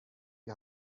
die